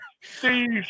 Steve